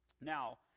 Now